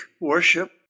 worship